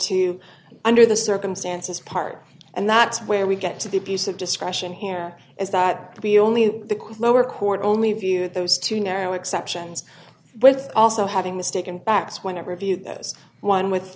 two under the circumstances part and that's where we get to the abuse of discretion here is that to be only the lower court only view those two narrow exceptions with also having mistaken backs when it reviewed this one with